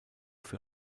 für